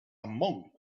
monk